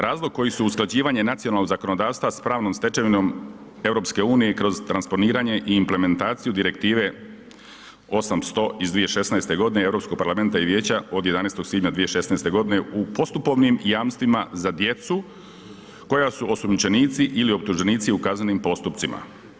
Razlog koji su usklađivanje nacionalnog zakonodavstva s pravnom stečevinom EU kroz transponiranje i implementaciju Direktive 800/2016 EU parlamenta i vijeća od 11. svibnja 2016. u postupovnim jamstvima za djecu koja su osumnjičenici ili optuženici u kaznenim postupcima.